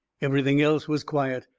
everything else was quiet.